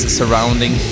surrounding